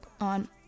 on